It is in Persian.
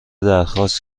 درخواست